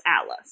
Alice